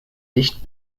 dicht